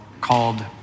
called